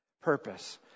Purpose